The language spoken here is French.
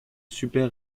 super